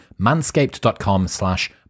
manscaped.com/slash